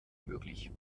möglich